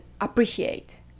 appreciate